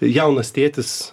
jaunas tėtis